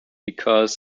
because